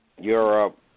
Europe